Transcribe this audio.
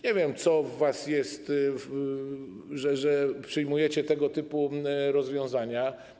Nie wiem, co w was jest takiego, że przyjmujecie tego typu rozwiązania.